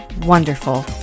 Wonderful